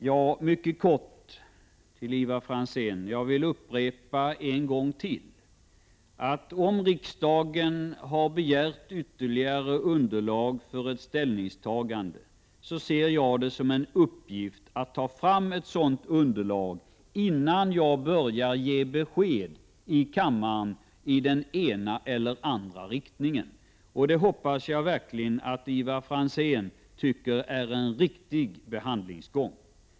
Herr talman! Mycket kort till Ivar Franzén: Jag vill upprepa att om riksdagen har begärt ytterligare underlag för ett ställningstagande ser jag det som en uppgift att ta fram sådant underlag, innan jag börjar ge besked i kammaren i den ena eller den andra riktningen. Det hoppas jag verkligen att Ivar Franzén tycker är en riktig behandlingsgång.